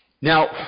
Now